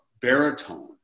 baritone